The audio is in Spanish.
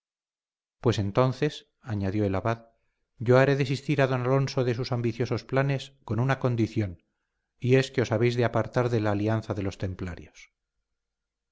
pues entonces añadió el abad yo haré desistir a don alonso de sus ambiciosos planes con una condición y es que os habéis de apartar de la alianza de los templarios